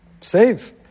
Save